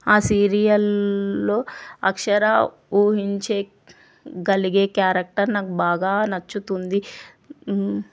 ఆసీరియల్లో అక్షర ఊహించే కలిగే క్యారక్టర్ నాకు బాగా నచ్చుతుంది